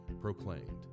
proclaimed